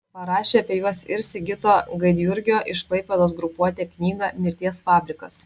parašė apie juos ir sigito gaidjurgio iš klaipėdos grupuotę knygą mirties fabrikas